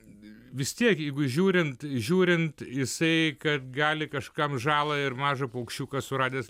vis tiek jeigu žiūrint žiūrint jisai kad gali kažkam žalą ir mažą paukščiuką suradęs